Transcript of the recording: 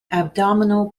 abdominal